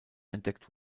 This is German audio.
entdeckt